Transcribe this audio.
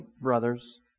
brothers